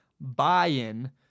buy-in